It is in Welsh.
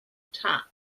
tap